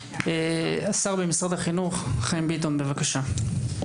השר במשרד החינוך חיים ביטון, בבקשה.